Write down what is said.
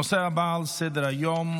הנושא הבא על סדר-היום,